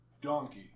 donkey